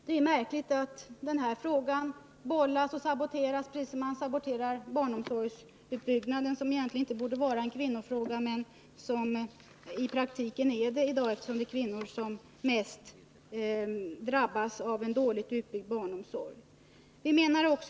Det är märkligt att man bollar med och saboterar den här frågan precis som man saboterar utbyggnaden av barnomsorgen, som egentligen inte borde vara en kvinnofråga men som i praktiken är det i dag, eftersom det mest är kvinnor som drabbas av en dåligt utbyggd barnomsorg.